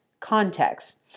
context